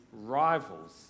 rivals